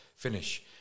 Finish